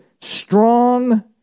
strong